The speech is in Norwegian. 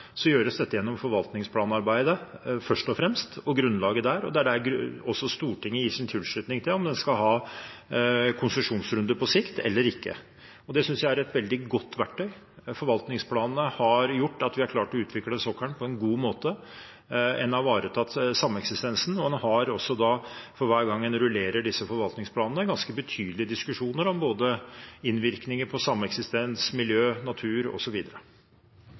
gjøres det først og fremst gjennom forvaltningsplanarbeidet og grunnlaget der, og det er også der Stortinget gir sin tilslutning til om man på sikt skal ha konsesjonsrunde eller ikke. Det synes jeg er et veldig godt verktøy. Forvaltningsplanene har gjort at vi har klart å utvikle sokkelen på en god måte. Man har ivaretatt sameksistensen, og for hver gang man rullerer disse forvaltningsplanene, har man også ganske betydelige diskusjoner om innvirkninger på både sameksistens, miljø, natur